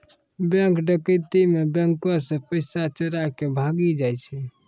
bank डकैती मे बैंको से पैसा चोराय के भागी जाय छै